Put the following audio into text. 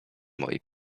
mojej